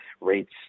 rates